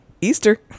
Easter